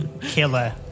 killer